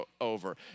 over